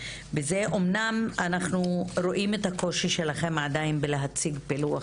אמנם אנחנו רואים את הקושי שלכם עדיין בלהציג פילוח